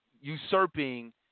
usurping